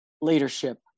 leadership